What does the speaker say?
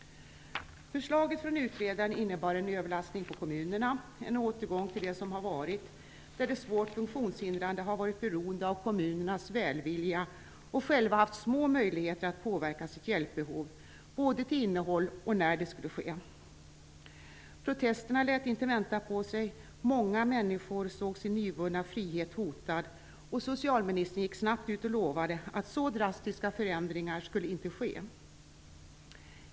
Förslaget från utredaren innebar en överlastning på kommunerna och en återgång till det som har varit, där de svårt funktionshindrade har varit beroende av kommunernas välvilja och själva haft små möjligheter att få påverka sitt hjälpbehov, både till innehåll och när det skall ske. Protesterna lät inte vänta på sig. Många människor såg sin nyvunna frihet hotad, och socialministern gick snabbt ut och lovade att så drastiska förändringar inte skulle ske.